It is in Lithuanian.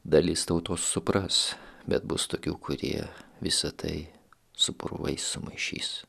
dalis tautos supras bet bus tokių kurie visa tai su purvais sumaišys